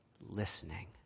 listening